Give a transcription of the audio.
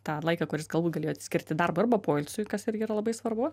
tą laiką kur jis galbūt galėjo skirti darbui arba poilsiui kas irgi yra labai svarbu